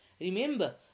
Remember